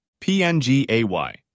PNGAY